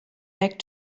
back